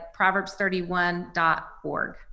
proverbs31.org